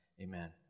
amen